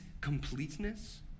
completeness